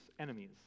enemies